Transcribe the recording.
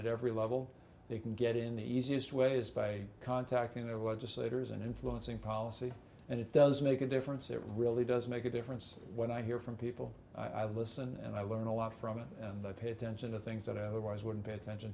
at every level they can get in the easiest way is by contacting their was a slater's and influencing policy and it does make a difference it really does make a difference when i hear from people i listen and i learn a lot from it and i pay attention to things that otherwise wouldn't pay attention